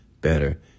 better